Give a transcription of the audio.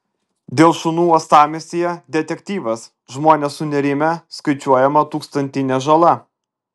dėl šunų uostamiestyje detektyvas žmonės sunerimę skaičiuojama tūkstantinė žala